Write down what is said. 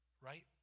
Right